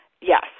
Yes